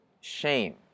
shame